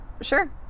Sure